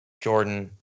jordan